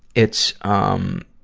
it's, um,